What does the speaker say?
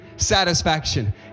satisfaction